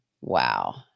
Wow